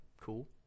cool